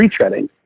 retreading